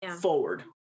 forward